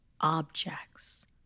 objects